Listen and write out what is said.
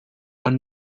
are